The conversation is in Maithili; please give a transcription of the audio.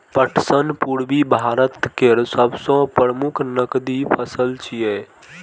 पटसन पूर्वी भारत केर सबसं प्रमुख नकदी फसल छियै